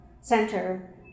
center